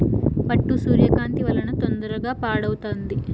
పట్టు సూర్యకాంతి వలన తొందరగా పాడవుతుంది